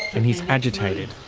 and he's agitated.